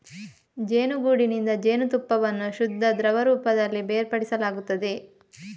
ಜೇನುಗೂಡಿನಿಂದ ಜೇನುತುಪ್ಪವನ್ನು ಶುದ್ಧ ದ್ರವ ರೂಪದಲ್ಲಿ ಬೇರ್ಪಡಿಸಲಾಗುತ್ತದೆ